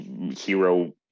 hero